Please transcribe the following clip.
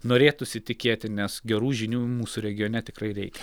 norėtųsi tikėti nes gerų žinių mūsų regione tikrai reikia